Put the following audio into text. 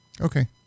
Okay